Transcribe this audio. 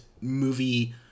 movie